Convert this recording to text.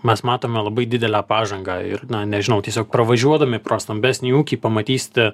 mes matome labai didelę pažangą ir na nežinau tiesiog pravažiuodami pro stambesnį ūkį pamatysite